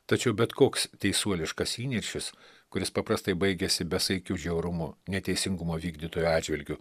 tačiau bet koks teisuoliškas įniršis kuris paprastai baigiasi besaikiu žiaurumu neteisingumo vykdytojų atžvilgiu